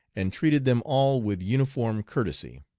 and treated them all with uniform courtesy.